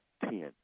ten